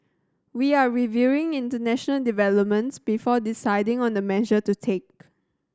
we are reviewing international developments before deciding on the measure to take